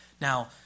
Now